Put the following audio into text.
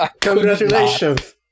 Congratulations